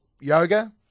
yoga